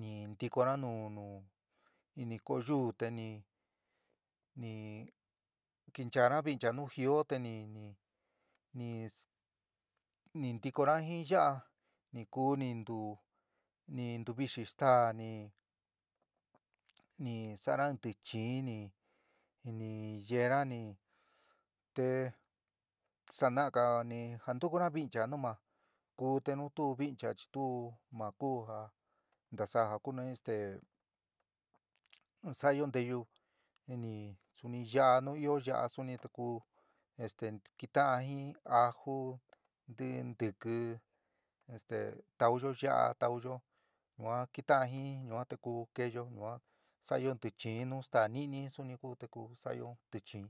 ni ntikoná nu nu ini koyúú te ni kenchana vincha nu jió te ni ntikoná jin yá'a ni kú ni ntu ni ntuvixi stáá ni ni sa'ana in tichiin ni ni yeéna ni te sana'aga ni ja ntukuna vincha nu ma kuú te nu tu vincha chi tu ma ku ja ntasa ja kuni este sa'ayo nteyu ini suni ya'a nu ió ya'a suni te ku este kitaán jin aju nti ntiki este taúyo ya'a tauyo ñua kita'an jin ñua te ku keéyó ñua sa'ayo tichɨin nu staá nɨni suni ku te ku saayo tichɨín.